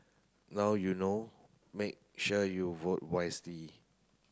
now you know make sure you vote wisely